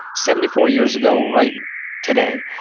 seventy four years ago right today,